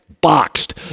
Boxed